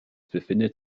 befindet